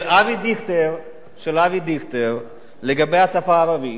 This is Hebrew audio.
של אבי דיכטר לגבי השפה הערבית,